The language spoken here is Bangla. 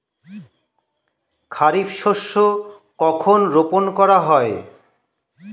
খারিফ শস্য কখন রোপন করা হয়?